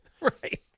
Right